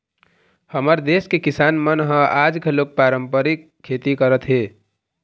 हमर देस के किसान मन ह आज घलोक पारंपरिक खेती करत हे